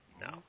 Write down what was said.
no